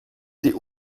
die